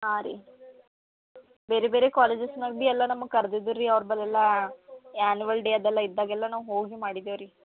ಹಾಂ ರೀ ಬೇರೆ ಬೇರೆ ಕಾಲೇಜಸ್ನಾಗ ಬಿ ಎಲ್ಲ ನಮಗೆ ಕರ್ದಿದ್ದುರ್ ರೀ ಅವ್ರ ಬಲ್ ಎಲ್ಲಾ ಆ್ಯನುವಲ್ ಡೇ ಅದೆಲ್ಲ ಇದ್ದಾಗ ಎಲ್ಲ ನಾವು ಹೋಗಿ ಮಾಡಿದ್ದೇವೆ ರೀ